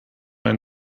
ein